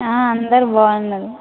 అందరూ బాగున్నారు